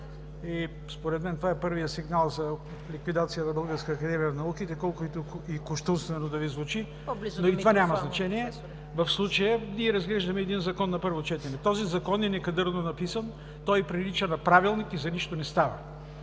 Според мен това е първият сигнал за ликвидация на Българската академия на науките, колкото и кощунствено да Ви звучи, но и това няма значение в случая. Ние разглеждаме един закон на първо четене. Този закон е некадърно написан, прилича на правилник и за нищо не става.